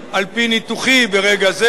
על-פי ניתוחי ברגע זה,